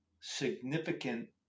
significant